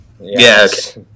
Yes